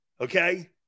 Okay